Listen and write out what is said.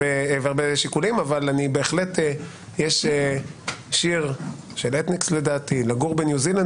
יש שיר של אתניקס: "לגור בניו-זילנד